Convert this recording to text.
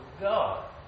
God